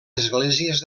esglésies